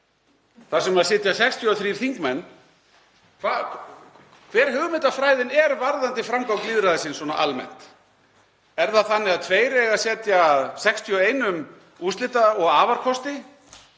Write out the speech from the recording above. þar sem sitja 63 þingmenn, hver hugmyndafræðin er varðandi framgang lýðræðisins svona almennt. Er það þannig að tveir eigi að setja 61 úrslita- og afarkosti,